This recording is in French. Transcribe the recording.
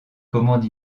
commande